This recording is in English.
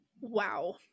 Wow